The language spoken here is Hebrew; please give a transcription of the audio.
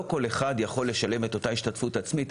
לא כל אחד יכול לשלם את אותה השתתפות עצמית.